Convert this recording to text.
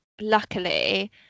luckily